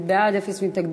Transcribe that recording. באתי לומר.